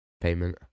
payment